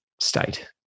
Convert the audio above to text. state